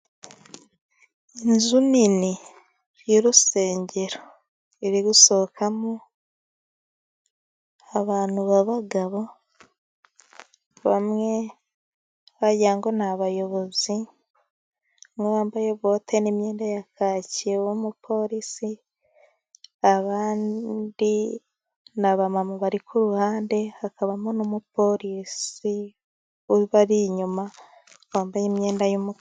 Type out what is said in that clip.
Inzu nini y'urusengero iri gusohokamo abantu b'abagabo. Bamwe wagira ngo ni abayobozi, umwe wambaye bote n'imyenda ya kaki w'umupolisi, abandi ni abamama bari ku ruhande. Hakabamo n'umupolisi ubari inyuma wambaye imyenda y'umukara.